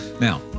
Now